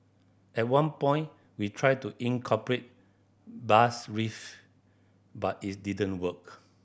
at one point we tried to incorporate bass riff but it didn't work